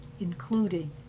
including